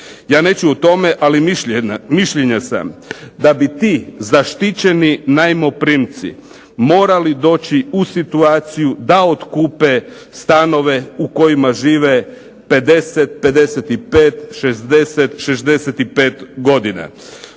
Ja neću o tome, ali mišljenja sam da bi ti zaštićeni najmoprimci morali doći u situaciju da otkupe stanove u kojima žive 50, 55, 60, 65 godina.